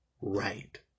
right